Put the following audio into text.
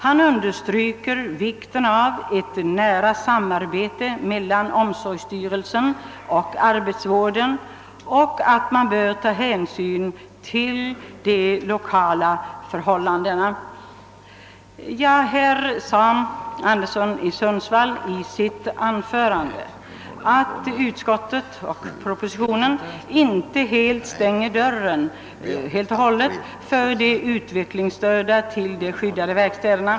Han understryker vikten av ett nära samarbete mellan omsorgsstyrelsen och arbetsvården och att man bör ta hänsyn till de lokala förhållandena. I anslutning härtill sade herr Anderson i Sundsvall i sitt anförande att utskottet och propositionen inte stänger dörren helt och hållet för de utvecklingsstörda till de skyddade verkstäderna.